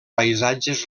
paisatges